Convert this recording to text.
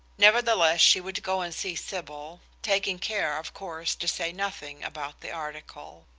nevertheless she would go and see sybil, taking care, of course, to say nothing about the article.